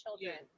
children